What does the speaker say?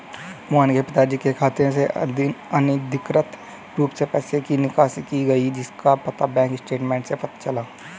मोहन के पिताजी के खाते से अनधिकृत रूप से पैसे की निकासी की गई जिसका पता बैंक स्टेटमेंट्स से चला